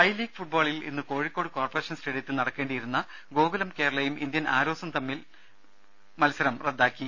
I League ഫുട്ബാളിൽ ഇന്ന് കോഴിക്കോട്ട് കോർപ്പറേഷൻ സ്റ്റേഡിയത്തിൽ നടക്കേണ്ടിയിരുന്ന ഗോകൂലം കേരളയും ഇന്ത്യൻ ആരോസും തമ്മിലെ മത്സരം റദ്ദാക്കി